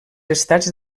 estats